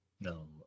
No